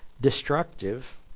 Destructive